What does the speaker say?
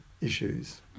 issues